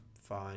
fine